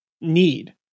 need